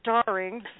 starring